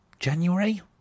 January